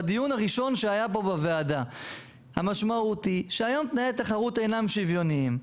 בדיון הראשון שהיה פה בוועדה היא שהיום תנאי התחרות אינם שוויוניים.